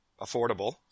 affordable